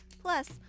Plus